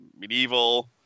Medieval